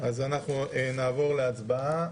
אז אנחנו נעבור להצבעה.